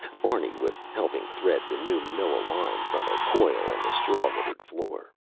barney was helping thread the new, manila line from a coil on the straw-littered floor.